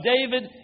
David